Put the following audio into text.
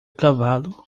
cavalo